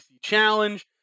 challenge